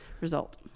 result